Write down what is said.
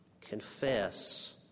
confess